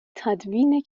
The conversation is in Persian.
تدوین